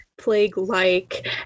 Plague-like